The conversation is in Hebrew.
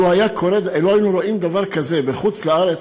לו היינו רואים דבר כזה בחוץ-לארץ,